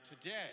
today